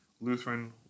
Lutheran